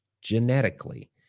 genetically